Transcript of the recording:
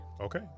okay